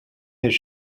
his